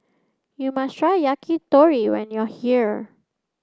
you must try Yakitori when you are here